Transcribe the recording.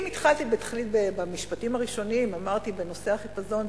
אם התחלתי ודיברתי במשפטים הראשונים בנושא החיפזון,